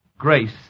Grace